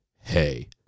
hey